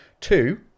Two